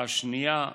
השנייה,